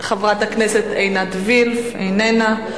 חברת הכנסת עינת וילף, איננה.